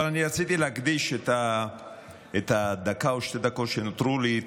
אבל אני רציתי להקדיש את הדקה או שתי דקות שנותרו לי,